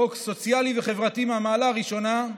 חוק סוציאלי וחברתי מהמעלה הראשונה,